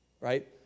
Right